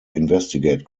investigate